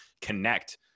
connect